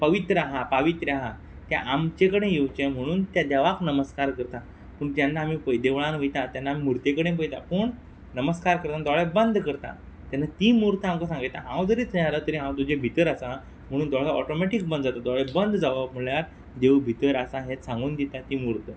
पवित्र हा पावित्र्य हा तें आमचे कडेन येवचें म्हुणून त्या देवाक नमस्कार करता पूण जेन्ना आमी पळय देवळान वयता तेन्ना आम म्हुर्ते कडेन पळयता पूण नमस्कार करतना दोळे बंद करता तेन्ना ती म्हूर्त आमकां सांगयता हांव जरी थंय आसा तरी हांव तुजे भितर आसा म्हुणून दोळो ऑटोमॅटीक बंद जाता दोळे बंद जावप म्हळ्ळ्या देव भितर आसा हेंच सांगून दिता ती म्हूर्त